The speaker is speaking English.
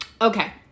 Okay